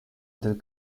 del